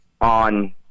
on